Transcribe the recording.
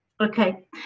okay